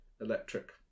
electric